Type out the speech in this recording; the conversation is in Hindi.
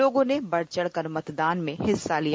लोगों ने बढ़ चढ़कर मतदान में हिस्सा लिया